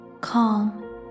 calm